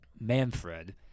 Manfred